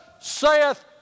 saith